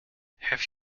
have